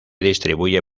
distribuye